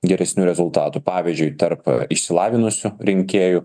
geresnių rezultatų pavyzdžiui tarp išsilavinusių rinkėjų